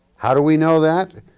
how do we know that?